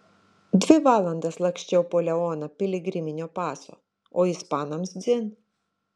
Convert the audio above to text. dvi valandas laksčiau po leoną piligriminio paso o ispanams dzin